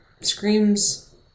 screams